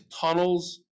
tunnels